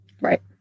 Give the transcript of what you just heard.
Right